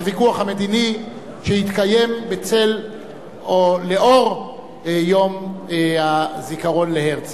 הוויכוח המדיני שהתקיים לאור יום הזיכרון להרצל,